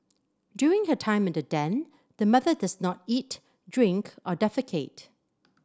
during her time in the den the mother does not eat drink or defecate